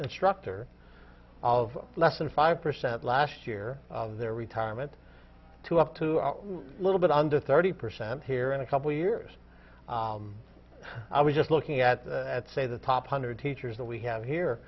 instructor of less than five percent last year their retirement to up to a little bit under thirty percent here in a couple years i was just looking at at say the top hundred teachers that we have here